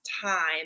time